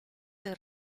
dei